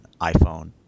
iPhone